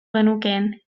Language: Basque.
genukeen